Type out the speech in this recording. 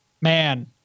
man